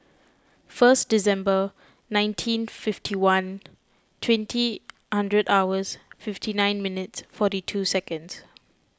first December nineteen fifty one twenty andred hours fifty nine minutes forty two seconds